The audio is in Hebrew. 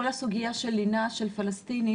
כל הסוגיה של לינה של פלסטינים,